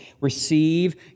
receive